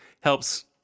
helps